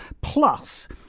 plus